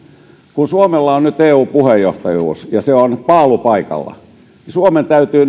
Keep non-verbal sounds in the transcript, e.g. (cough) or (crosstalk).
kun suomella on nyt eu puheenjohtajuus ja se on paalupaikalla suomen täytyy (unintelligible)